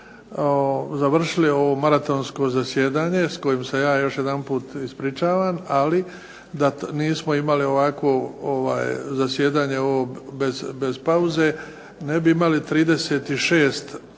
11 sati završili ovo maratonsko zasjedanje s kojim se ja još jedanput ispričavam, ali da nismo imali ovakvo zasjedanje bez pauze ne bi imali 36 točaka